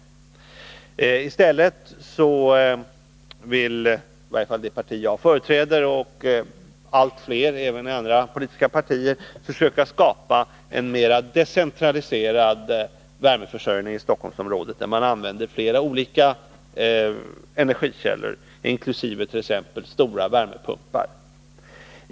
I stället vill i varje fall det parti jag företräder och allt fler även i andra politiska partier försöka skapa en mer decentraliserad värmeförsörjning i Stockholmsområdet, där man använder flera olika energikällor, inkl. exempelvis stora värmepumpar.